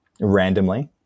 randomly